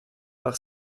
par